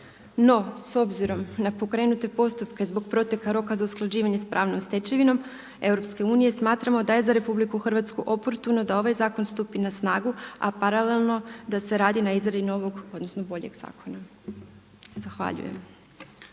No, s obzirom na pokrenute postupke zbog proteka roka za usklađivanje sa pravnom stečevinom EU smatramo da je za RH oportuno da ovaj zakon stupi na snagu, a paralelno da se radi na izradi novog, odnosno boljeg zakona. Zahvaljujem.